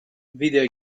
video